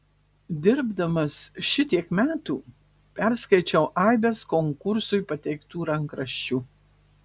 dirbdamas šitiek metų perskaičiau aibes konkursui pateiktų rankraščių